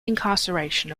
incarceration